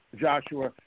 Joshua